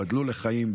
ייבדלו לחיים,